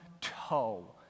toe